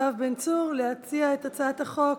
לקריאה שנייה ולקריאה שלישית: הצעת חוק